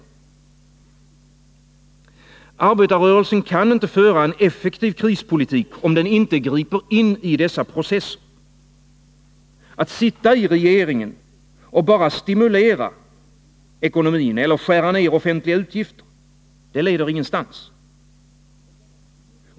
Jo, arbetarrörelsen kan inte föra en effektiv krispolitik om den inte griper in i dessa processer. Att sitta i regeringen och bara stimulera ekonomin eller skära ned på de offentliga utgifterna leder ingenstans.